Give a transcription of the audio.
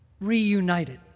reunited